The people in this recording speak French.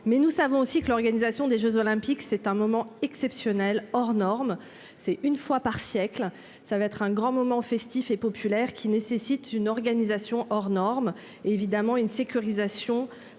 mais nous savons aussi que l'organisation des Jeux olympiques, c'est un moment exceptionnel hors norme, c'est une fois par siècle, ça va être un grand moment festif et populaire qui nécessite une organisation hors norme et évidemment une sécurisation